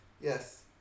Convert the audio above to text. Yes